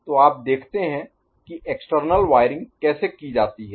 तो आप देखते हैं कि एक्सटर्नल वायरिंग कैसे की जाती है